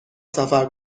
سفر